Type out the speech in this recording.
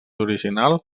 original